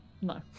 No